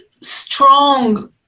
strong